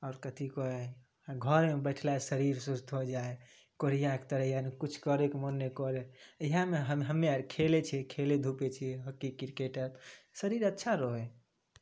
आओर कथी कहै हइ घरमे बैठलासे शरीर सुस्त हो जा हइ कोढ़िआके तरह यानि किछु करैके मोन नहि करै इएहमे हम हमे आर खेलै छिए खेलै धुपै छिए हॉकी किरकेट आर शरीर अच्छा रहै हइ